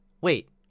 Wait